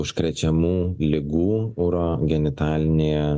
užkrečiamų ligų urogenitalinėje